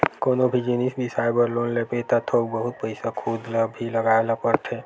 कोनो भी जिनिस बिसाए बर लोन लेबे त थोक बहुत पइसा खुद ल भी लगाए ल परथे